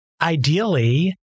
ideally